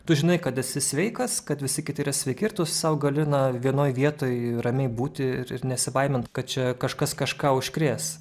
tu žinai kad esi sveikas kad visi kiti yra sveiki ir tu sau gali na vienoj vietoj ramiai būti ir ir nesibaimint kad čia kažkas kažką užkrės